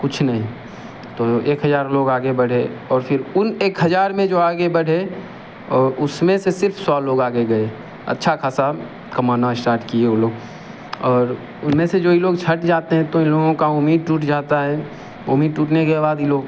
कुछ नहीं तो एक हजार लोग आगे बढ़े और फिर उन एक हजार में जो आगे बढ़े और उसमें से सिर्फ सौ लोग आगे गए अच्छा खासा कमाना स्टार्ट किए वो लोग और उनमें से जो ये लोग छट जाते हैं तो उन लोगों का उम्मीद टूट जाता है उम्मीद टूटने के बाद ये लोग